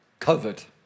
covid